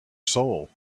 soul